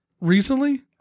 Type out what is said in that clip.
recently